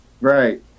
Right